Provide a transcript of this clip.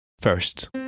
First